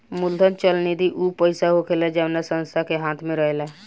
मूलधन चल निधि ऊ पईसा होखेला जवना संस्था के हाथ मे रहेला